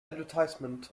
advertisement